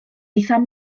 eithaf